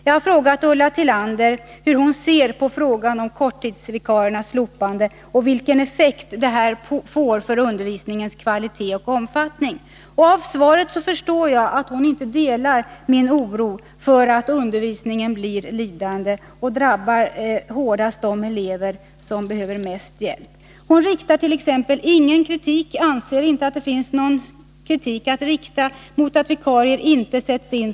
Jag har frågat Ulla Tillander hur hon ser på frågan om slopande av korttidsvikarierna och vilken effekt detta får på undervisningens kvalitet och omfattning. Av svaret förstår jag att hon inte delar min oro för att undervisningen blir lidande och att detta hårdast drabbar de elever som behöver mest hjälp. Hon anser t.ex. inte att det finns någon kritik att rikta mot att vikarierna inte sätts in.